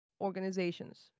organizations